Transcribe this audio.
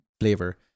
flavor